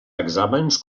exàmens